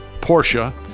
Porsche